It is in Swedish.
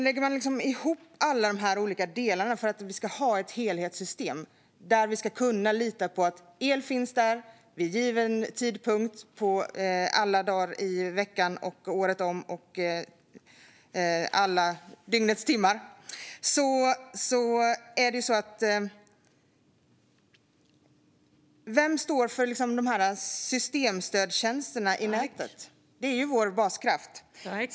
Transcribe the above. Lägger man ihop alla dessa olika delar för att vi ska ha ett helhetssystem där vi ska kunna lita på att el finns där vid given tidpunkt - dygnets alla timmar, alla dagar i veckan och året om - undrar jag vem som står för dessa systemstödstjänster i nätet. Det är vår baskraft.